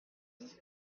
filles